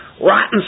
rotten